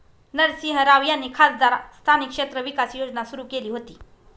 नरसिंह राव यांनी खासदार स्थानिक क्षेत्र विकास योजना सुरू केली होती